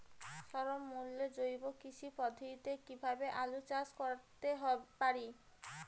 স্বল্প মূল্যে জৈব কৃষি পদ্ধতিতে কীভাবে আলুর চাষ করতে পারি?